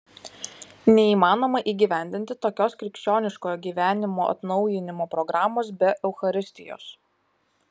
neįmanoma įgyvendinti tokios krikščioniškojo gyvenimo atnaujinimo programos be eucharistijos